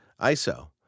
ISO